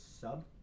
sub